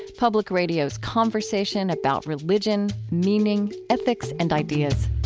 public radio's conversation about religion, meaning, ethics, and ideas.